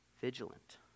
Vigilant